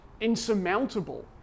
insurmountable